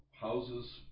houses